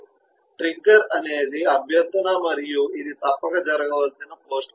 trigger అనేది అభ్యర్థన మరియు ఇది తప్పక జరగవలసిన పోస్ట్ కండిషన్